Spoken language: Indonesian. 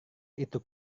itu